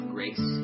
Grace